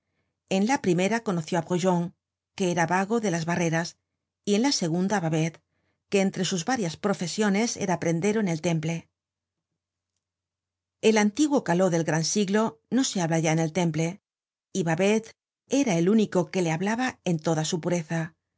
en la primera conoció á brujon que era vago de las barreras y en la segunda á babet que entre sus varias profesiones era prendero en el temple el antiguo caló del gran siglo no se habla ya en el temple y babet era el único que le hablaba en toda su pureza